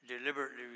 deliberately